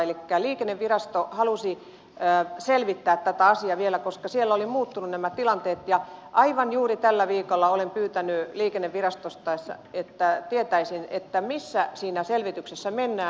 elikkä liikennevirasto halusi selvittää tätä asiaa vielä koska siellä olivat muuttuneet nämä tilanteet ja aivan juuri tällä viikolla olen pyytänyt liikennevirastosta tietoja että tietäisin missä siinä selvityksessä mennään